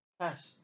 Cash